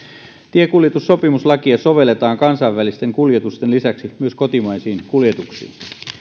tiekuljetussopimuslakia sovelletaan kansainvälisten kuljetusten lisäksi myös kotimaisiin kuljetuksiin